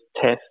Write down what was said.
test